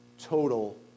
Total